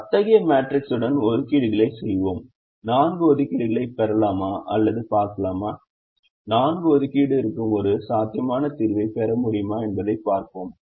அத்தகைய மேட்ரிக்ஸுடன் ஒதுக்கீடுகளைச் செய்வோம் 4 ஒதுக்கீடு களைப் பெறலாமா அல்லது பார்க்கலாமா 4 ஒதுக்கீடு இருக்கும் ஒரு சாத்தியமான தீர்வைப் பெற முடியுமா என்பதைப் பார்ப்போம்